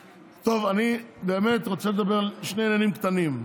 טוב, אני באמת רוצה לדבר על שני עניינים קטנים.